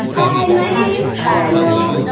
hi. my name is cosmo.